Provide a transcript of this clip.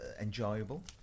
enjoyable